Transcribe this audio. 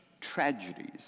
tragedies